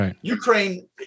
Ukraine